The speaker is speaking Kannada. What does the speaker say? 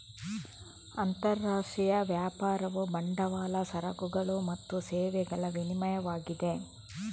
ಅಂತರರಾಷ್ಟ್ರೀಯ ವ್ಯಾಪಾರವು ಬಂಡವಾಳ, ಸರಕುಗಳು ಮತ್ತು ಸೇವೆಗಳ ವಿನಿಮಯವಾಗಿದೆ